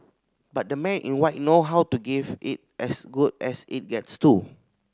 but the Men in White know how to give it as good as it gets too